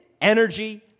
energy